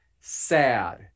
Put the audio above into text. sad